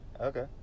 Okay